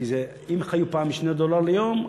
כי אם חיו פעם מ-2 דולר ליום,